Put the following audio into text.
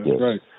right